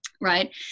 Right